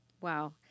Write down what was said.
Wow